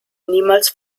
niemals